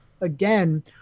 again